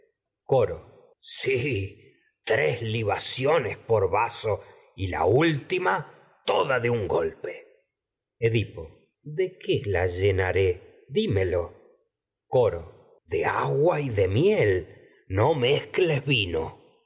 cono si tres libaciones de un por vaso y la última toda golpe edipo de qué las llenaré dimelo agua y coro de de miel mezcles vino